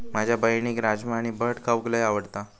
माझ्या बहिणीक राजमा आणि भट खाऊक लय आवडता